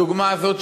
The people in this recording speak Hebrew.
הדוגמה הזאת,